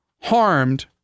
harmed